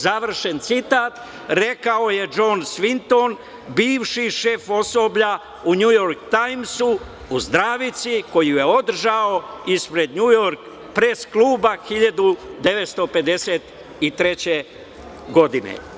Završen citat, rekao je Džon Svinton, bivši šef osoblja u "Njujork Tajmsu" u zdravici koju je održao ispred Njujork pres kluba 1953. godine.